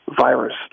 virus